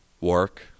work